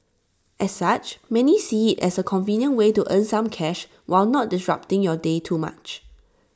as such many see IT as A convenient way to earn some cash while not disrupting your day too much